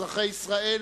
אזרחי ישראל